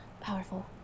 powerful